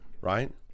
right